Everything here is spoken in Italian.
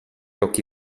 occhi